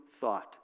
thought